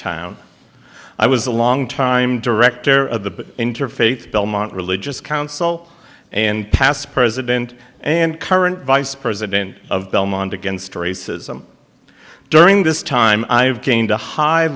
town i was a long time director of the interfaith belmont religious council and past president and current vice president of belmont against racism during this time i have gained a hi